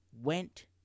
went